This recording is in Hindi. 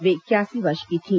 वे इकयासी वर्ष की थी